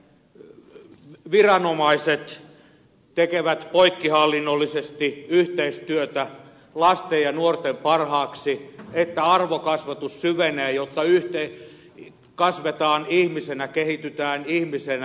on tärkeää että viranomaiset tekevät poikkihallinnollisesti yhteistyötä lasten ja nuorten parhaaksi niin että arvokasvatus syvenee jotta kasvetaan ihmisenä kehitytään ihmisenä